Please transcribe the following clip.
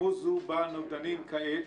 כמו זו בה אנו דנים כעת,